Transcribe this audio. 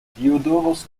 diodorus